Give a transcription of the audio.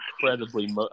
incredibly